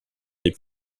des